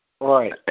right